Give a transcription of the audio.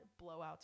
blowouts